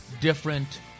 different